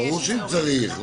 ברור שאם צריך.